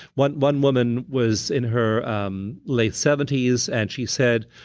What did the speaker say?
one one woman was in her um late seventy s, and she said,